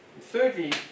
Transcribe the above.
Thirdly